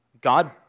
God